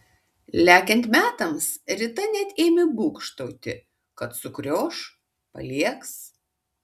lekiant metams rita net ėmė būgštauti kad sukrioš paliegs